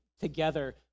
together